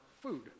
food